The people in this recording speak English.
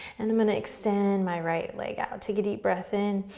and i'm going to extend my right leg out, take a deep breath in,